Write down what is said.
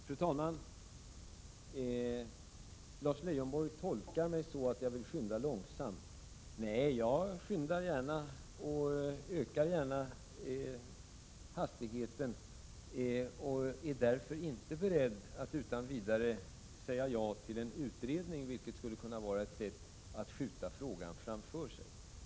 Fru talman! Lars Leijonborg tolkar mig så att jag vill skynda långsamt. Nej, jag ökar gärna hastigheten och är därför inte beredd att utan vidare säga ja till en utredning, vilket skulle kunna vara ett sätt att skjuta frågan framför sig.